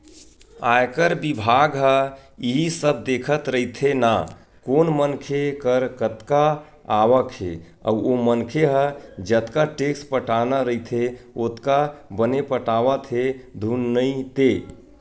आयकर बिभाग ह इही सब देखत रहिथे ना कोन मनखे कर कतका आवक हे अउ ओ मनखे ल जतका टेक्स पटाना रहिथे ओतका बने पटावत हे धुन नइ ते